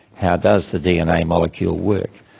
how does the dna molecule work.